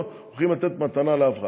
לא הולכים לתת מתנה לאף אחד.